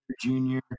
junior